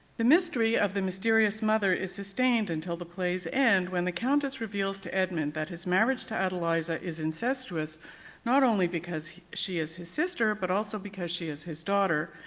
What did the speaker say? the mystery of the mysterious mother is sustained until the play's end when the countess reveals to edmund that his marriage to adeliza is incestuous not only because she is his sister but also because she is his daughter,